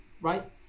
right